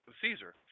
Caesar